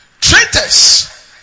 Traitors